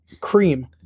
Cream